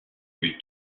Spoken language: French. buts